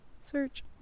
Search